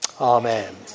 amen